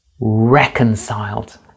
reconciled